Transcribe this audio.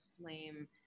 flame